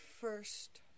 first